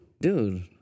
Dude